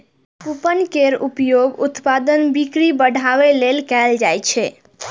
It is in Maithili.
कूपन केर उपयोग उत्पादक बिक्री बढ़ाबै लेल कैल जाइ छै